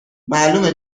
معلومه